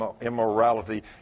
immorality